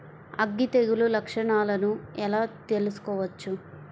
అగ్గి తెగులు లక్షణాలను ఎలా తెలుసుకోవచ్చు?